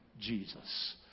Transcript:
Jesus